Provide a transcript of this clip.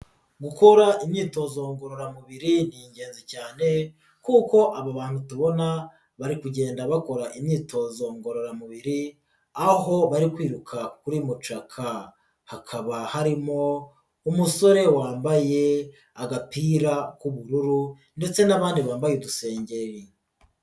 Gukora imyitozo ngororamubiri ni ingenzi cyane kuko aba bantu tubona, bari kugenda bakora imyitozo ngororamubiri, aho bari kwiruka kuri mucaka, hakaba harimo umusore wambaye agapira k'ubururu ndetse n'abandi bambaye udusengeri.